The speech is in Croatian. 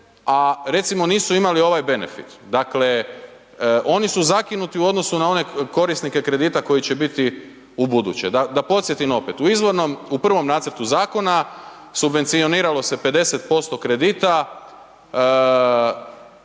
a recimo nisu imali ovaj benefit. Dakle, oni su zakinuti u odnosu na one korisnike kredite koji će biti ubuduće. Da podsjetim opet, u izvornom, u prvom nacrtu zakona, subvencioniralo se 50% kredita,